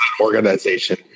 organization